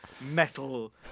metal